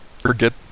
forget